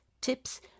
tips